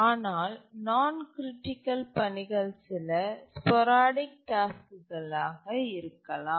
ஆனால் நான் கிரிட்டிக்கல் பணிகள் சில ஸ்போரடிக் டாஸ்க்குகளை இருக்கலாம்